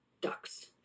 ducks